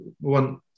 one